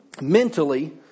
mentally